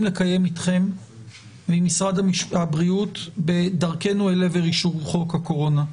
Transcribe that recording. לקיים אתכם ועם משרד הבריאות בדרכנו אל עבר אישור חוק הקורונה.